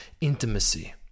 intimacy